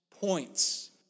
points